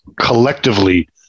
collectively